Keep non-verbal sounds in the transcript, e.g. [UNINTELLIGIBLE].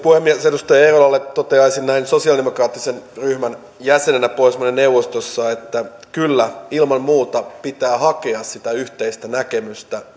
[UNINTELLIGIBLE] puhemies edustaja eerolalle toteaisin näin sosialidemokraattisen ryhmän jäsenenä pohjoismaiden neuvostossa että kyllä ilman muuta pitää hakea sitä yhteistä näkemystä [UNINTELLIGIBLE]